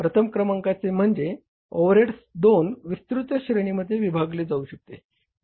प्रथम क्रमांकाचे म्हणजे ओव्हरहेड्स दोन विस्तृत श्रेणींमध्ये विभागले जाऊ शकतात